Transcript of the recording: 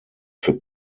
für